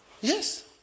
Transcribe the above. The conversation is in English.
yes